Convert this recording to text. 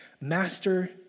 Master